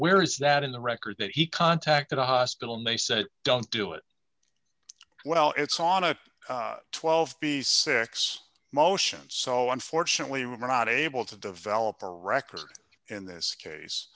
where is that in the record that he contacted a hospital may said don't do it well it's on a twelve b six motion so unfortunately we're not able to develop a record in this case